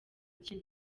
akina